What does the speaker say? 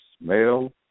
male